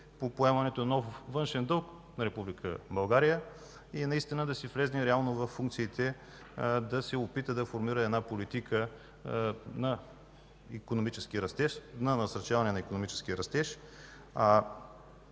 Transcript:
по поемането на нов външен дълг на Република България и да си влезе реално във функциите, да се опита да формира една политика на насърчаване на икономически растеж.